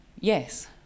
yes